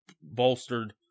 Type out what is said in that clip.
bolstered